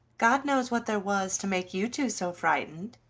god knows what there was to make you two so frightened.